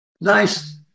Nice